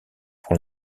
pour